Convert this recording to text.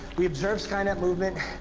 we observe skynet movement,